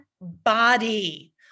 body